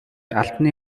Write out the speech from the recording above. албаны